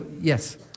Yes